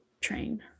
train